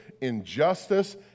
injustice